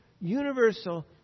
universal